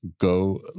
go